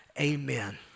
Amen